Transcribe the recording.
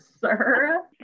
sir